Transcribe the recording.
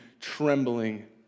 trembling